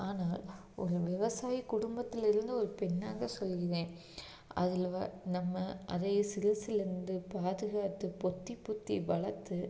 ஆனால் ஒரு விவசாயி குடும்பத்துலிருந்து ஒரு பெண்ணாக சொல்கிறேன் அதில் வ நம்ம அதையே சிறுசிலருந்து பாதுகாத்து பொத்தி பொத்தி வளர்த்து